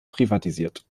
privatisiert